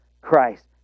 Christ